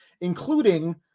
including